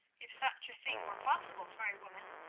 if such a thing were possible for a woman,